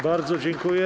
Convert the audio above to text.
Bardzo dziękuję.